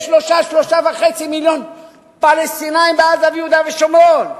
יש 3 3.5 מיליון פלסטינים בעזה ויהודה ושומרון.